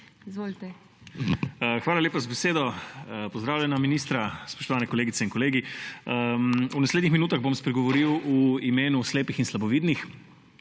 Hvala lepa za besedo. Pozdravljena, ministra, spoštovani kolegice in kolegi! V naslednjih minutah bom spregovoril v imenu slepih in slabovidnih